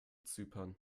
zypern